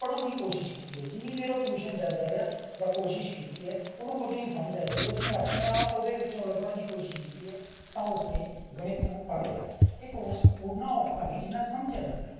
ਪੜ੍ਹਨ ਦੀ ਕੋਸ਼ਿਸ਼ ਕੀਤੀ ਹੈ ਜਿੰਨੀ ਦੇਰ ਉਹ ਟਿਊਸ਼ਨ ਜਾਂਦਾ ਰਿਹਾ ਜਾਂ ਕੋਸ਼ਿਸ ਕੀਤੀ ਹੈ ਉਹਨੂੰ ਕੁਝ ਨਹੀਂ ਸਮਝ ਆਇਆ ਜਦੋਂ ਉਸ ਨੇ ਆਪਣੇ ਆਪ ਉਹਦੇ ਵਿੱਚੋਂ ਲੱਭਣ ਦੀ ਕੋਸ਼ਿਸ਼ ਕੀਤੀ ਹੈ ਤਾਂ ਉਸ ਨੇ ਗਣਿਤ ਨੂੰ ਪੜ੍ਹ ਲਿਆ ਇਹ ਕੋਰਸ ਓਨਾ ਔਖਾ ਨਹੀਂ ਜਿੰਨਾ ਸਮਝਿਆ ਜਾਂਦਾ ਹੈ